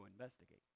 investigate